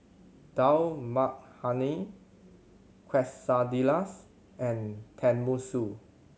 Dal Makhani Quesadillas and Tenmusu